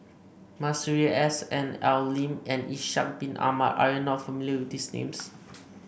Masuri S N Al Lim and Ishak Bin Ahmad are you not familiar with these names